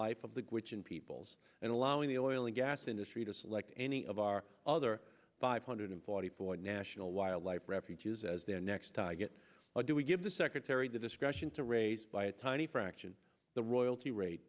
the gwich'in peoples and allowing the oil and gas industry to select any of our other five hundred forty four national wildlife refuges as their next target or do we give the secretary the discretion to raise by a tiny fraction of the royalty rate